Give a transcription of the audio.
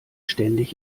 ständig